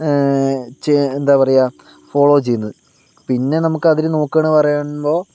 എന്താ പറയുക ഫോളോ ചെയ്യുന്നത് പിന്നെ നമുക്ക് അതില് നോക്കുവാണ് എന്ന് പാറയുമ്പോൾ